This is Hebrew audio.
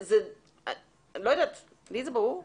לי זה ברור.